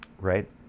Right